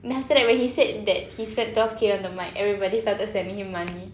then after that when he said that he spent twelve K on the mic everybody started sending him money